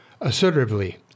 assertively